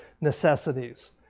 necessities